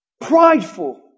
prideful